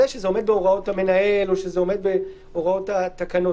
שזה עומד בהוראות המנהל או שזה עומד בהוראות התקנות.